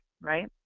right